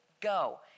go